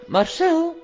Marcel